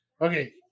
okay